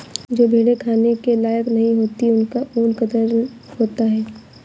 जो भेड़ें खाने के लायक नहीं होती उनका ऊन कतरन होता है